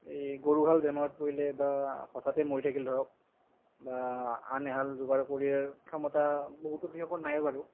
এই গৰুহাল বেমাৰত পৰিলে বা হঠাতেই মৰি থাকিল ধৰক বা আন এহাল যোগাৰ কৰাৰ ক্ষমতা বহুতো কৃষকৰ নাইও বাৰু